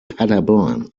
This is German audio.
paderborn